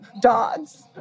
dogs